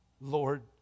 Lord